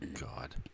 God